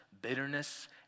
Bitterness